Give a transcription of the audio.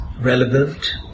relevant